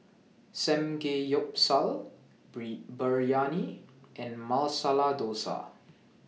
Samgeyopsal Biryani and Masala Dosa